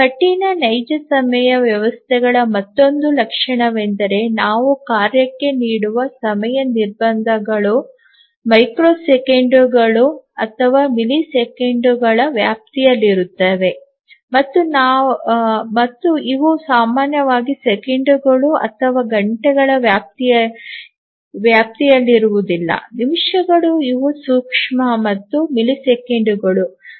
ಕಠಿಣ ನೈಜ ಸಮಯ ವ್ಯವಸ್ಥೆಗಳ ಮತ್ತೊಂದು ಲಕ್ಷಣವೆಂದರೆ ನಾವು ಕಾರ್ಯಕ್ಕೆ ನೀಡುವ ಸಮಯ ನಿರ್ಬಂಧಗಳು ಮೈಕ್ರೊ ಸೆಕೆಂಡುಗಳು ಅಥವಾ ಮಿಲಿಸೆಕೆಂಡುಗಳ ವ್ಯಾಪ್ತಿಯಲ್ಲಿರುತ್ತವೆ ಮತ್ತು ಇವು ಸಾಮಾನ್ಯವಾಗಿ ಸೆಕೆಂಡುಗಳು ಅಥವಾ ಗಂಟೆಗಳ ವ್ಯಾಪ್ತಿಯಲ್ಲಿರುವುದಿಲ್ಲ ನಿಮಿಷಗಳು ಇವು ಸೂಕ್ಷ್ಮ ಮತ್ತು ಮಿಲಿಸೆಕೆಂಡುಗಳು